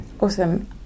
Awesome